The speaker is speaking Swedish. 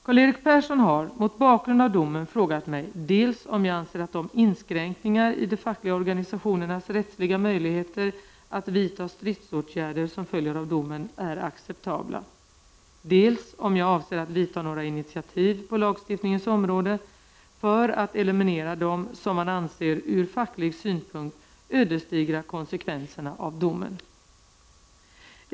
Karl-Erik Persson har mot bakgrund av domen frågat mig dels om jag anser att de inskränkningar i de fackliga organisationernas rättsliga möjligheter att vidta stridsåtgärder som följer av domen är acceptabla, dels om jag avser att ta några initiativ på lagstiftningens område för att eliminera de, som han anser, ur facklig synpunkt ödesdigra konsekvenserna av domen.